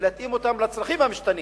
ויש להתאים אותם לצרכים המשתנים,